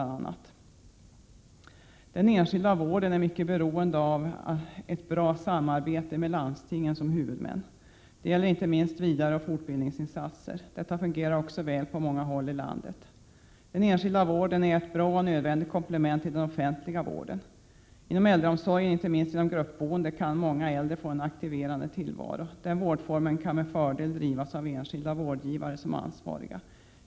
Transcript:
Den enskilda vården är mycket beroende av ett bra samarbete med landstingen som huvudmän. Det gäller inte minst vidareoch fortbildningsinsatser. Detta fungerar också väl på många håll i landet. Den enskilda vården är ett bra och nödvändigt komplement till den offentliga vården. Inom äldreomsorgen kan inte minst genom gruppboende många äldre få en aktiverande tillvaro. Den vårdformen kan med fördel drivas med enskilda vårdgivare som ansvariga.